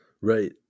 Right